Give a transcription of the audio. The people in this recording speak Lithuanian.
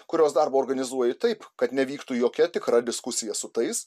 kurios darbą organizuoji taip kad nevyktų jokia tikra diskusija su tais